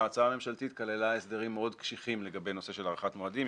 ההצעה הממשלתית כללה הסדרים מאוד קשיחים לגבי הנושא של הארכת מועדים.